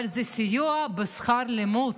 אבל זה סיוע בשכר לימוד,